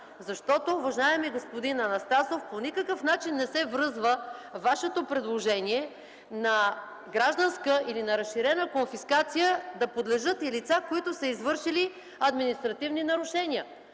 Защото, уважаеми господин Анастасов, по никакъв начин не се връзва Вашето предложение на гражданска или на разширена конфискация да подлежат и лица, които са извършили административни нарушения.